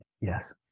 Yes